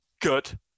good